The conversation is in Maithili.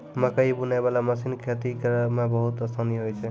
मकैइ बुनै बाला मशीन खेती करै मे बहुत आसानी होय छै